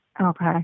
Okay